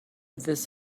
this